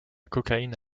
cocaïne